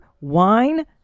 wine